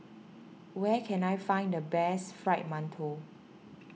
where can I find the best Fried Mantou